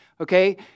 okay